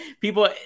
people